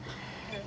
mm